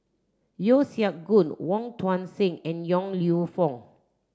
Yeo Siak Goon Wong Tuang Seng and Yong Lew Foong